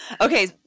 Okay